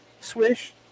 swish